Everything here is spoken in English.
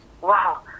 wow